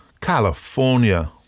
California